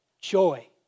Joy